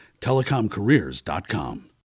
TelecomCareers.com